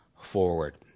forward